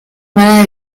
manera